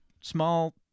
small